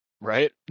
right